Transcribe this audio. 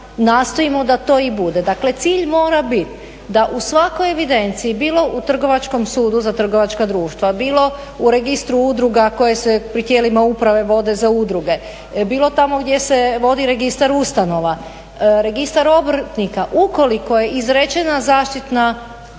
nastojimo da to i bude dakle cilj mora biti da u svakoj evidenciji bilo u trgovačkom sudu za trgovačka društva bilo u registru udruga koje se pri tijelima uprave vode za udruge, bilo tamo gdje se vodi registar ustanova, registar obrtnika. Ukoliko je izrečena sigurnosna